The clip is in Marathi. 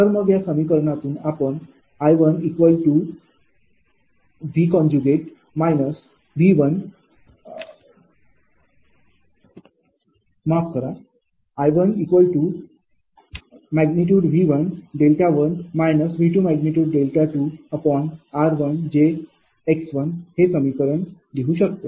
तर मग या समीकरणातून आपण IV11 V22 rjx हे असे समीकरण लिहू शकतो